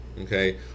Okay